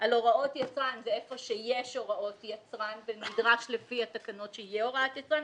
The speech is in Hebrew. על הוראות יצרן זה איפה שישנן כאלו ונדרש על פי התקנון שתהיינה כאלו,